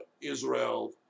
Israel